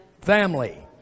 family